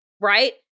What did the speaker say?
right